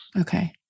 Okay